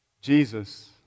Jesus